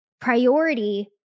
priority